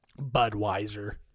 Budweiser